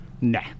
Nah